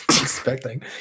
expecting